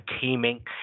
teaming